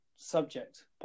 Subject